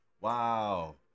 Wow